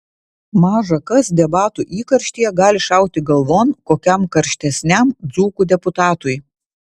maža kas debatų įkarštyje gali šauti galvon kokiam karštesniam dzūkų deputatui